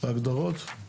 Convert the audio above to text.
ההגדרות?